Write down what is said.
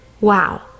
wow